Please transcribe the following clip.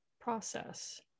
process